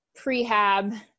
prehab